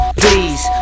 please